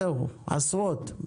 זהו, עשרות.